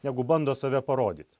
negu bando save parodyt